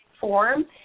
form